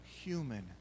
human